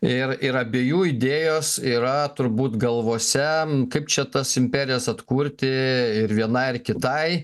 ir ir abiejų idėjos yra turbūt galvose kaip čia tas imperijas atkurti ir vienai ir kitai